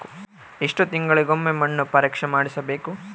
ಎಷ್ಟು ತಿಂಗಳಿಗೆ ಒಮ್ಮೆ ಮಣ್ಣು ಪರೇಕ್ಷೆ ಮಾಡಿಸಬೇಕು?